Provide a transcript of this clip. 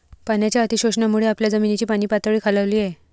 पाण्याच्या अतिशोषणामुळे आपल्या जमिनीची पाणीपातळी खालावली आहे